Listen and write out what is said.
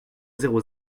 zéro